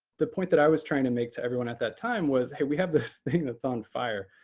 the point that i was trying to make to everyone at that time was, hey, we have this thing that's on fire.